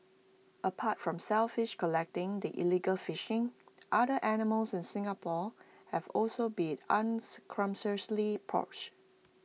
apart from shellfish collecting the illegal fishing other animals in Singapore have also been unscrupulously poached